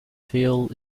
fuel